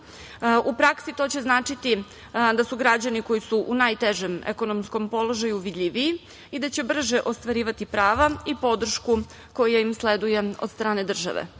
U praksi to će značiti da su građani koji su u najtežem ekonomskom položaju vidljiviji i da će brže ostvarivati prava i podršku koja im sleduje od strane države. Takođe,